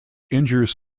injures